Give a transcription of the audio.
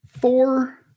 four